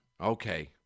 Okay